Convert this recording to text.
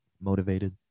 motivated